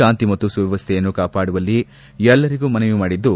ಶಾಂತಿ ಮತ್ತು ಸುವ್ವವಸ್ವೆಯನ್ನು ಕಾಪಾಡುವಂತೆ ಎಲ್ಲರಿಗೂ ಮನವಿ ಮಾಡಿದ್ದು